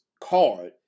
card